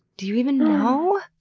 do you even know?